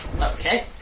Okay